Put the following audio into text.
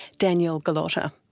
danielle gullotta.